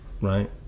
Right